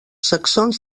saxons